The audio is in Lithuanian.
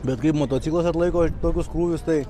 bet kaip motociklas atlaiko tokius krūvius tai